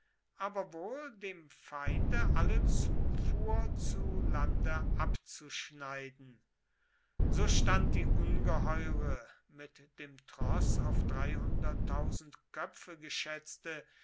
aber wohl dem feinde alle zufuhr zu lande abzuschneiden so stand die ungeheure mit dem troß auf köpfe geschätzte